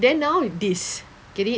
then now this get it